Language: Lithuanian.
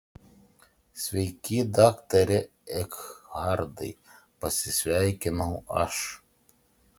sveiki daktare ekhartai pasisveikinau aš